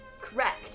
correct